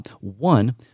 One